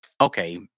okay